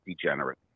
degenerate